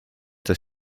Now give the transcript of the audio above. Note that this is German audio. des